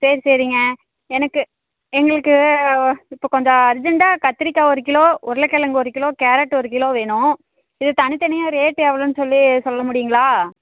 சரி சரிங்க எனக்கு எங்களுக்கு இப்போ கொஞ்சம் அர்ஜெண்டாக கத்திரிக்காய் ஒரு கிலோ உருளக்கிழங்கு ஒரு கிலோ கேரட் ஒரு கிலோ வேணும் இது தனித்தனியாக ரேட் எவ்வளோன் சொல்லி சொல்ல முடியுங்களா